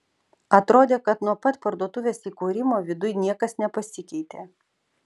atrodė kad nuo pat parduotuvės įkūrimo viduj niekas nepasikeitė